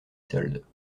soldes